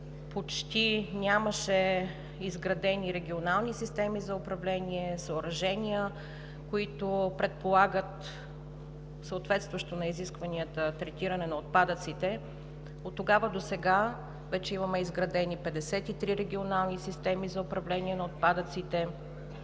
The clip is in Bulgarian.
почти нямаше изградени регионални системи за управление, съоръжения, които предполагат съответстващо на изискванията третиране на отпадъците. Оттогава досега вече имаме изградени 53 регионални системи за управление на отпадъците,